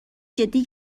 جدی